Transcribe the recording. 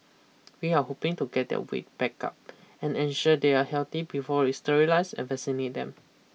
we are hoping to get their weight back up and ensure they are healthy before we sterilise an them